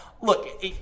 look